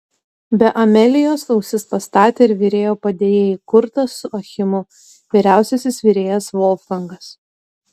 be amelijos ausis pastatė ir virėjo padėjėjai kurtas su achimu vyriausiasis virėjas volfgangas